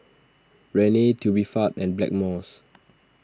Rene Tubifast and Blackmores